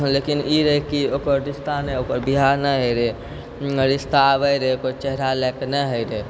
लेकिन ई रहै कि ओकर रिश्ता नहि ओकर बियाह नहि होइ रहै रिश्ता आबै रहै लेकिन ओकर चेहरा लए कऽ नहि होबै रहै लेकिन